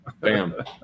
Bam